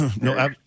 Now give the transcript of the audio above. No